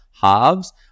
Halves